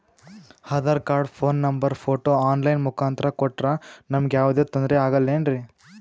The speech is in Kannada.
Aadhaar card, phone number, photo online ಮುಖಾಂತ್ರ ಕೊಟ್ರ ನಮಗೆ ಯಾವುದೇ ತೊಂದ್ರೆ ಆಗಲೇನ್ರಿ?